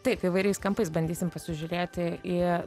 taip įvairiais kampais bandysim pasižiūrėti į